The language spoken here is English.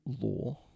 law